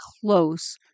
close